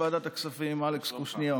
כן, אין צורך, בסדר.